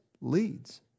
leads